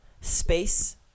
space